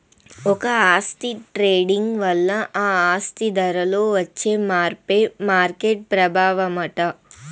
ఒక ఆస్తి ట్రేడింగ్ వల్ల ఆ ఆస్తి ధరలో వచ్చే మార్పే మార్కెట్ ప్రభావమట